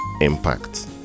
impact